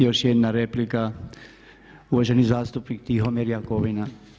Još jedna replika uvaženi zastupnik Tihomir Jakovina.